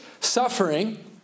suffering